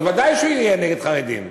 אז ודאי שהוא יהיה נגד חרדים,